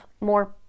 more